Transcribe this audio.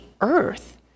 earth